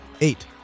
Eight